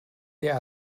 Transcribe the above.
der